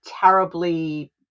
terribly